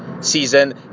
season